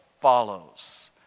follows